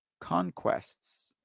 conquests